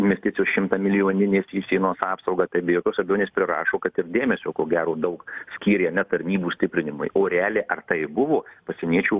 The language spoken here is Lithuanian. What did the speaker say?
investicijos šimtamilijoninės į sienos apsaugą be jokios abejonės prirašo kad ir dėmesio ko gero daug skyrė ne tarnybų stiprinimui o realiai ar tai buvo pasieniečių